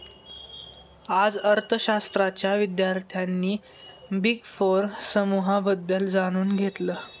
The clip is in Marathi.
आज अर्थशास्त्राच्या विद्यार्थ्यांनी बिग फोर समूहाबद्दल जाणून घेतलं